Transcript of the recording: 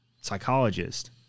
psychologist